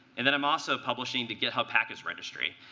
and then i'm also publishing to github package registry.